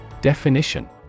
Definition